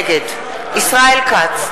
נגד ישראל כץ,